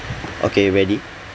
okay ready